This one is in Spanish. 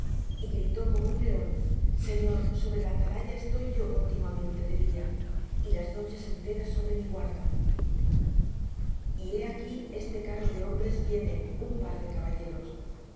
y gritó como un león señor sobre la atalaya estoy yo continuamente de día y las noches enteras sobre mi guarda y he aquí este carro de hombres viene un par de caballeros